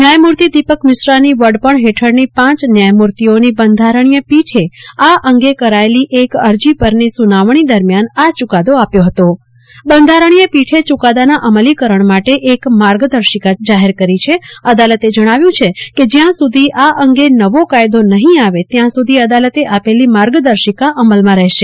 ન્યાયમૂર્તિ દીપક મિશ્રાની વડપણ હેઠળની પાંચ ન્યાયમૂર્તિઓની બંધારણીય પીઠે આ અંગે કરાયેલી એક અરજીપરની સુનાવણી દરમ્યાન આ ચુકાદો આપ્યો હતો બંધારણીય પીઠે ચુકાદાના અમલીકરણ માટે એક માર્ગદર્શિકા જારી કરી છે અદાલતે જણાવ્યું છે કે જયા સુધી આ અંગે નવો કાયદો નહી આવે ત્યાં સુધી અદાલતે આપેલી માર્ગદર્શિકા અમલમાં રહેશે